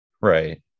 Right